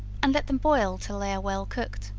and let them boil till they are well cooked,